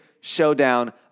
showdown